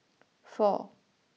four